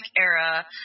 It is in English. era